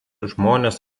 žmonės